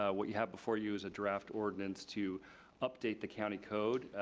ah what you have before you is a draft ordinance to update the county code.